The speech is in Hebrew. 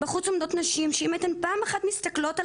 בחוץ עומדות נשים שאם הייתן פעם אחת מסתכלות על